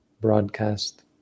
broadcast